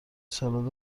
سالاد